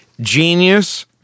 Genius